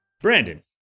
Brandon